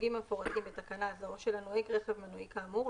מהסוגים המפורטים בתקנה זו או של הנוהג רכב מנועי כאמור,